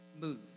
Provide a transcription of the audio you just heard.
Move